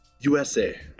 USA